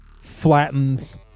flattens